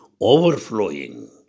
overflowing